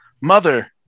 Mother